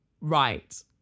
Right